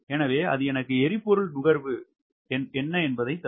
எனவே அது எனக்கு எரிபொருள் நுகர்வு தரும்